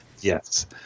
Yes